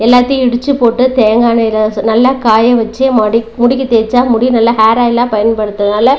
எல்லாதையும் இடிச்சி போட்டு தேங்காய் எண்ணெயில் ச நல்லா காய வெச்சு மடிக் முடிக்கு தேய்ச்சா முடி நல்லா ஹேர் ஆயிலாக பயன்படுத்துகிறனால